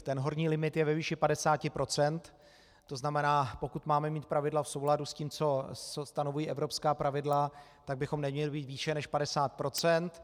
Ten horní limit je ve výši 50 %, to znamená, pokud máme mít pravidla v souladu s tím, co stanoví evropská pravidla, tak bychom neměli být výše než 50 %.